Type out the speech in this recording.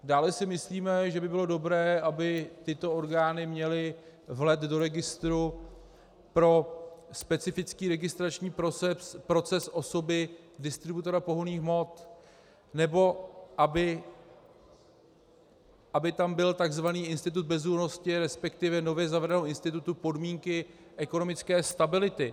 Dále si myslíme, že by bylo dobré, aby tyto orgány měly vhled do registru pro specifický registrační proces osoby distributora pohonných hmot, nebo aby tam byl takzvaný institut bezúhonnosti, resp. nově zavedený institut podmínky ekonomické stability.